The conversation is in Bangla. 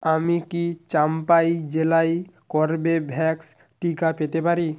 আমি কি চম্পাই জেলায় কর্বেভ্যাক্স টিকা পেতে পারি